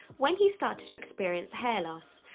when he started to experience hair loss.